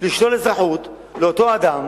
לשלול אזרחות לאותו אדם